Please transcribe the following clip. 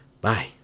bye